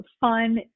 fun